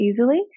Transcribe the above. easily